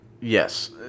yes